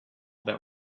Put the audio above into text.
that